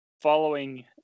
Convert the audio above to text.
Following